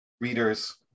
readers